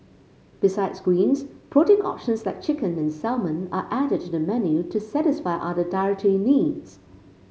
besides greens protein options like chicken and salmon are added to the menu to satisfy other dietary needs